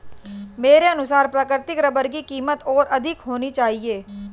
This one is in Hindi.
मेरे अनुसार प्राकृतिक रबर की कीमत और अधिक होनी चाहिए